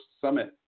summit